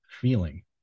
feeling